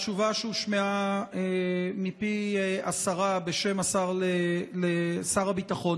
התשובה שהושמעה מפי השרה בשם שר הביטחון